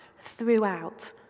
throughout